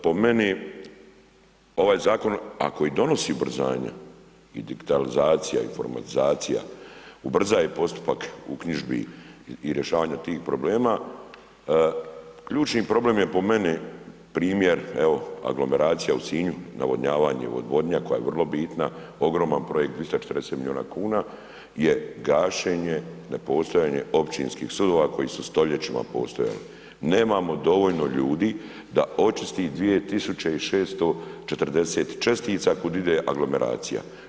Po meni ovaj zakon ako i donosi ubrzanja i digitalizacija i informatizacija, ubrzava postupak uknjižbi i rješavanja tih problema, ključni problem je po meni primjer evo aglomeracija u Sinju, navodnjavanje i odvodnja koja je vrlo bitna, ogroman projekt, 240 milijuna kuna je gašenje, nepostojanje općinskih sudova koji su stoljećima postojali, nemamo dovoljno ljudi da očisti 2640 čestica kud ide aglomeracija.